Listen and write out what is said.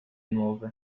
nuove